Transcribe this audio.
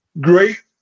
great